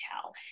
tell